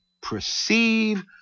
perceive